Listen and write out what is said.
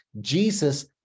Jesus